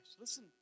Listen